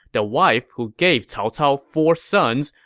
the wife who gave cao cao four sons,